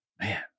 Man